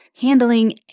handling